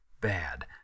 bad